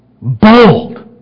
bold